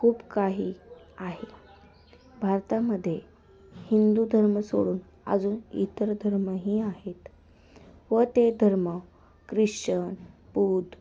खूप काही आहे भारतामध्ये हिंदू धर्म सोडून अजून इतर धर्मही आहेत व ते धर्म ख्रिश्चन बुद्ध